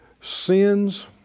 sins